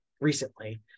recently